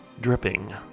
dripping